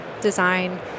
design